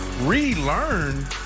Relearn